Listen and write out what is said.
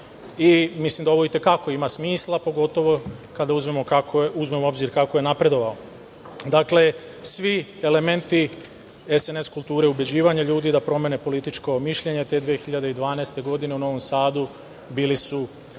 Mislim da ovo ima i te kako smisla, pogotovo kada uzmemo u obzir kako je napredovao. Dakle, svi elementi SNS kulture ubeđivanja ljudi da promene političko mišljenje te 2012. godine u Novom Sadu bili su